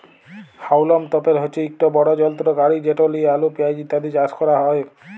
হাউলম তপের হছে ইকট বড় যলত্র গাড়ি যেট লিঁয়ে আলু পিয়াঁজ ইত্যাদি চাষ ক্যরা হ্যয়